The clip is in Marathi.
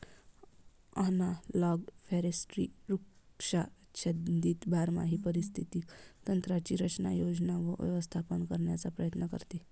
ॲनालॉग फॉरेस्ट्री वृक्षाच्छादित बारमाही पारिस्थितिक तंत्रांची रचना, योजना व व्यवस्थापन करण्याचा प्रयत्न करते